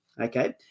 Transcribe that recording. Okay